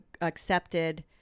accepted